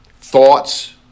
Thoughts